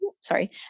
sorry